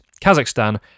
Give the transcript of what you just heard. kazakhstan